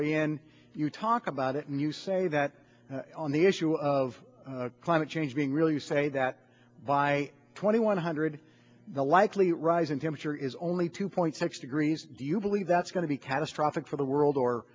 way and you talk about it and you say that on the issue of climate change being really you say that by twenty one hundred the likely rise in temperature is only two point six degrees you believe that's going to be catastrophic for the world or